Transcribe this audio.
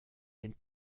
den